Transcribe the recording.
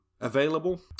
available